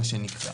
מה שנקרא.